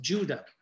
Judah